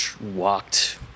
walked